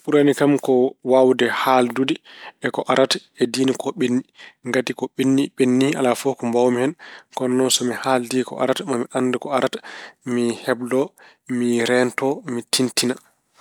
Ɓurani kam ko waawde haaldude e ko arata e diine ko ɓenni. Ngati ko ɓenni ɓennii, alaa fof ko mbaaw-mi hen. Kono noon so mi haaldii ko arata maa mi anndu ko arata. Mi heblo. Mi reento. Mi tintina.